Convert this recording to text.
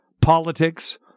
politics